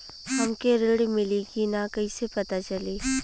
हमके ऋण मिली कि ना कैसे पता चली?